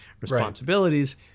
responsibilities